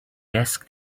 desk